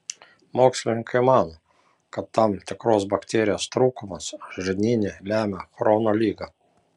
mokslininkai mano kad tam tikros bakterijos trūkumas žarnyne lemia chrono ligą